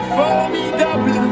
formidable